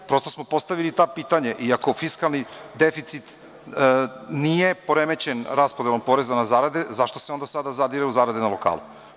Prosto smo postavili ta pitanja iako fiskalni deficit nije poremećen raspodelom poreza na zarade, zašto se onda sada zadire u zarade na lokalu.